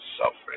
suffering